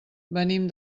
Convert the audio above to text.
venim